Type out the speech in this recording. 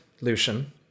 Lucian